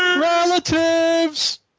Relatives